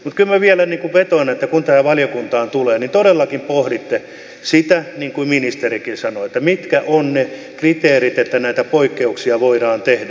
mutta kyllä minä vielä vetoan että kun tämä valiokuntaan tulee niin todellakin pohditte sitä niin kuin ministerikin sanoi että mitkä ovat ne kriteerit että näitä poikkeuksia voidaan tehdä